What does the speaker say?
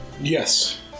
Yes